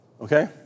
Okay